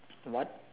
what